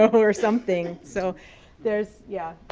or something. so there's, yeah,